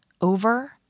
over –